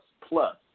Plus